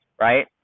right